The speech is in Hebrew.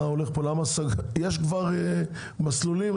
יש כבר מסלולים.